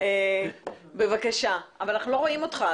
זה